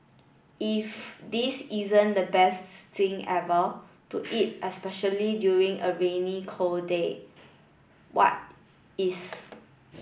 if this isn't the best thing ever to eat especially during a rainy cold day what is